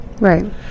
Right